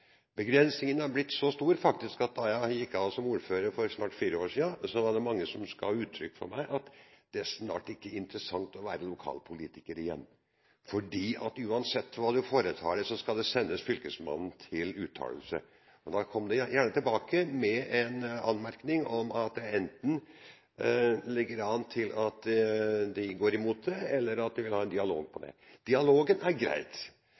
har faktisk blitt så stor at da jeg gikk av som ordfører for snart fire år siden, var det mange som ga uttrykk for overfor meg at det er snart ikke interessant å være lokalpolitiker lenger, for uansett hva du foretar deg, skal det sendes Fylkesmannen til uttalelse, og da kommer det gjerne tilbake med en anmerkning om at enten ligger det an til at man går imot det, eller man vil ha en dialog på det. Dialog er greit,